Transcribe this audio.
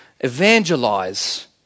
evangelize